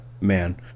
Man